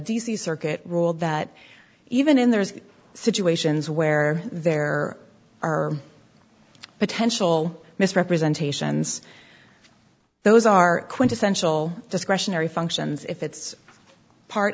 c circuit ruled that even in there's situations where there are potential misrepresentations those are quintessential discretionary functions if it's part